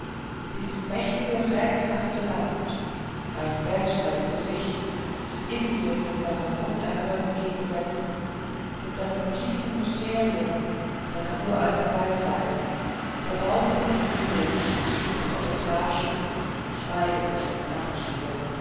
dies mächtige rätselhafte land ein weltteil für sich indien mit seinen unerhörten gegensätzen mit seinen tiefen mysterien seiner uralten weisheit verborgen im nebellicht als ob es lausche schweigend in der